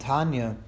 Tanya